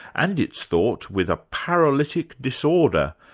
and it's thought, with a paralytic disorder,